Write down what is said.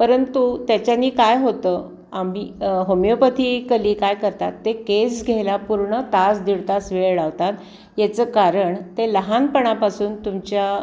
परंतु त्याच्याने काय होतं आम्ही होमिओपथीकली काय करतात ते केस घ्यायला पूर्ण तास दीड तास वेळ लावतात याचं कारण ते लहानपणापासून तुमच्या